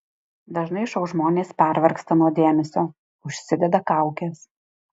dažnai šou žmonės pervargsta nuo dėmesio užsideda kaukes